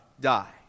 die